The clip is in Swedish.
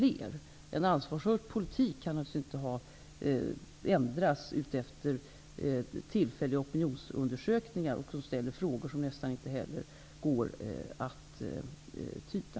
En ansvarsfull politik kan naturligtvis inte ändras efter tillfälliga opinionsundersökningar, där det kanske ställs frågor som nästan inte går att tyda.